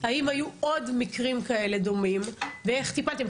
האם היו עוד מקרים כאלה דומים ואיך טיפלתם,